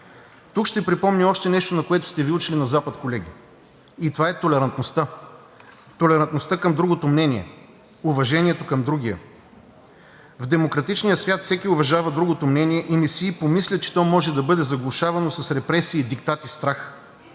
Тук ще припомня още нещо, на което са Ви учили на Запад, колеги, и това е толерантността – толерантността към другото мнение, уважението към другия. В демократичния свят всеки уважава другото мнение и не си и помисля, че то може да бъде заглушавано с репресии, диктати, страх.